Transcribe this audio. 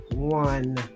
one